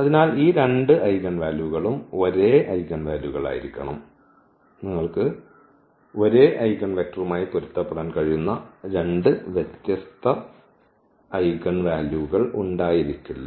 അതിനാൽ ഈ രണ്ട് ഐഗൻ വാല്യൂകളും ഒരേ ഐഗൻ വാല്യൂകളായിരിക്കണം നിങ്ങൾക്ക് ഒരേ ഐഗൻവെക്റ്ററുമായി പൊരുത്തപ്പെടാൻ കഴിയുന്ന 2 വ്യത്യസ്ത ഐഗൻ വാല്യൂകൾ ഉണ്ടായിരിക്കില്ല